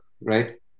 right